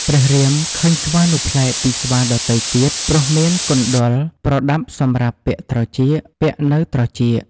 ព្រះរាម ឃើញស្វានោះប្លែកពីស្វាដទៃទៀត ព្រោះមាន កុណ្ឌល (ប្រដាប់សម្រាប់ពាក់ត្រចៀក) ពាក់នៅត្រចៀក។